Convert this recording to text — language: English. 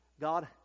God